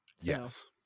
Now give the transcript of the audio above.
Yes